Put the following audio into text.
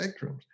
spectrums